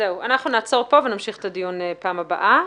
נעצור כאן ונמשיך את הדיון בפעם הבאה,